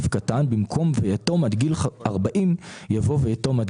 - במקום "ויתום עד גיל 40" יבוא "ויתום עד